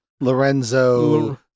Lorenzo